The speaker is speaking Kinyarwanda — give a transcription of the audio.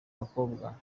bakobwa